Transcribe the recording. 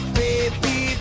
baby